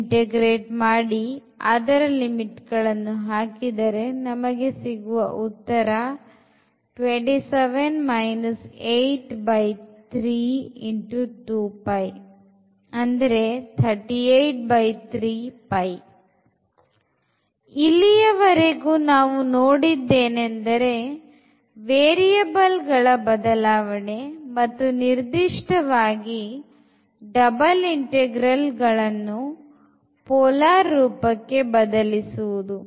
ಇಲ್ಲಿಯವರೆಗೂ ನಾವು ನೋಡಿದ್ದು ಏನೆಂದರೆ ವೇರಿಯಬಲ್ ಬದಲಾವಣೆ ಮತ್ತು ನಿರ್ದಿಷ್ಟವಾಗಿ double interalಗಳನ್ನು ಪೋಲಾರ್ ರೂಪಕ್ಕೆ ಬದಲಿಸುವುದು